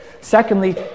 Secondly